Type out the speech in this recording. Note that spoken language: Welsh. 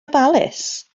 ofalus